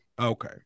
okay